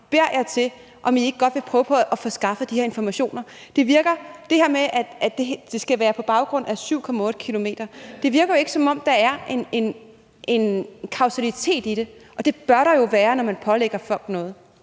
bare om, om I ikke godt vil prøve på at få skaffet de her informationer. I forhold til det her med, at det skal være 7,8 km, virker det ikke, som om der er en kausalitet i det, og det bør der jo være, når man pålægger folk noget.